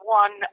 one